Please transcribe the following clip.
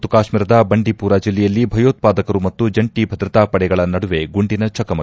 ಜಮ್ಮ ಮತ್ತು ಕಾಶ್ಮೀರದ ಬಂಡಿಪೂರ ಜಿಲ್ಲೆಯಲ್ಲಿ ಭಯೋತ್ಪಾದಕರು ಮತ್ತು ಜಂಟಿ ಭದ್ರತಾಪಡೆಗಳ ನಡುವೆ ಗುಂಡಿನ ಚಕಮಕಿ